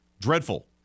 Dreadful